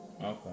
Okay